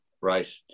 right